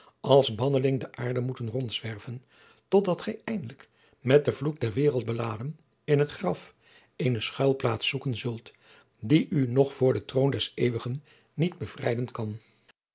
als banneling de aarde moeten rondzwerven tot dat gij eindelijk met den vloek der waereld beladen in het graf eene schuilplaats zoeken zult die u nog voor den troon des eeuwigen niet bevrijden kan